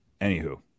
Anywho